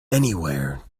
anywhere